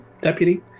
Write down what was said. Deputy